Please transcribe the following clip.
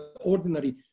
ordinary